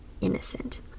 innocent